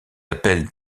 appelle